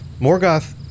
Morgoth